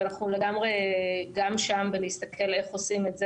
ואנחנו לגמרי גם שם ונסתכל איך עושים את זה,